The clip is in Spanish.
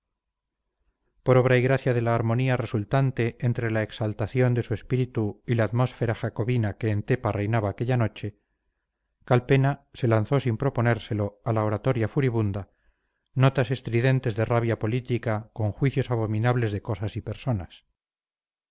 por obra y gracia de la armonía resultante entre la exaltación de su espíritu y la atmósfera jacobina que en tepa reinaba aquella noche calpena se lanzó sin proponérselo a la oratoria furibunda notas estridentes de rabia política con juicios abominables de cosas y personas